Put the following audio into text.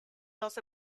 also